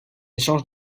échange